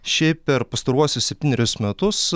šiaip per pastaruosius septynerius metus